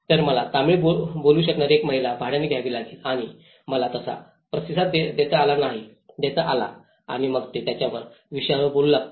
तर मला तमिळ बोलू शकणारी एक महिला भाड्याने घ्यावी लागेल आणि मला तसा प्रतिसाद देता आला आणि मग ते त्यांच्या विषयांवर बोलू लागतील